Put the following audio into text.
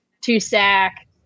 two-sack